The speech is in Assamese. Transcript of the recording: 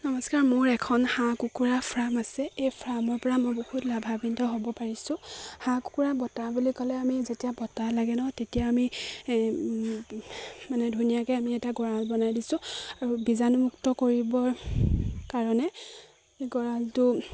নমস্কাৰ মোৰ এখন হাঁহ কুকুৰা ফ্ৰাম আছে এই ফ্ৰামৰ পৰা মই বহুত লাভাম্বিত হ'ব পাৰিছোঁ হাঁহ কুকুৰা বতাহ বুলি ক'লে আমি যেতিয়া বতাহ লাগে ন তেতিয়া আমি মানে ধুনীয়াকে আমি এটা গঁড়াল বনাই দিছোঁ আৰু বীজাণুমুক্ত কৰিব কাৰণে গঁড়ালটো